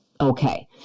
Okay